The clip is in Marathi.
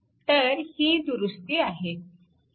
तर ही दुरुस्ती आहे